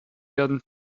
werden